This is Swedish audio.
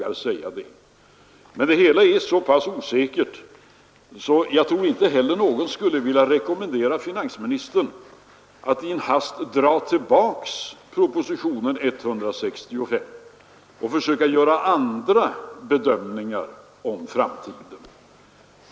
Det hela är så pass osäkert att jag inte heller tror att någon skulle vilja rekommendera finansministern att i hast dra tillbaka propositionen 165 och försöka göra andra bedömningar av framtiden.